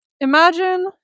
imagine